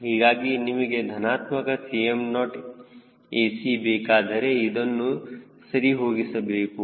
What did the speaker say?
ಹೀಗಾಗಿ ನಿಮಗೆ ಧನಾತ್ಮಕ 𝐶mOac ಬೇಕಾದರೆ ಇದನ್ನು ಸರಿ ಹೋಗಿಸಬೇಕು